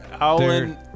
Alan